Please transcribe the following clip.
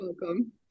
welcome